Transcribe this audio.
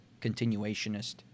continuationist